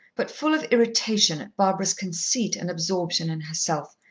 but full of irritation at barbara's conceit and absorption in herself.